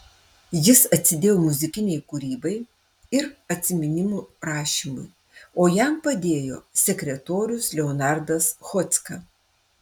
jis atsidėjo muzikinei kūrybai ir atsiminimų rašymui o jam padėjo sekretorius leonardas chodzka